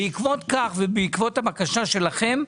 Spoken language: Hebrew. בעקבות כך ובעקבות הבקשה שלכם,